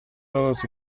todos